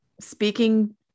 speaking